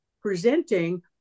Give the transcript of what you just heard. presenting